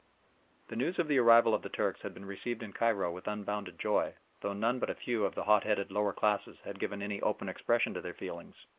the news of the arrival of the turks had been received in cairo with unbounded joy, though none but a few of the hot-headed lower classes had given any open expression to their feelings,